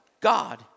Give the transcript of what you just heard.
God